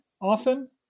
often